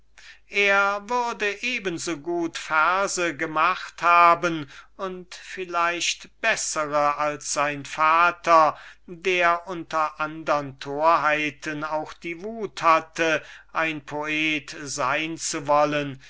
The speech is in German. er würde vielleicht verse gemacht haben und bessere als sein vater der unter andern torheiten auch die wut hatte ein poet sein zu wollen